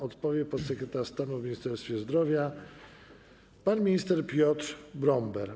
Odpowie podsekretarz stanu w Ministerstwie Zdrowia pan minister Piotr Bromber.